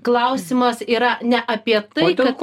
klausimas yra ne apie tai kad